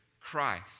Christ